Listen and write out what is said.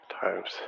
times